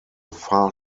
far